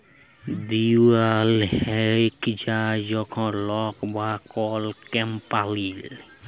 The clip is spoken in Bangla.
দেউলিয়া হঁয়ে যায় যখল লক বা কল কম্পালি